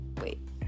wait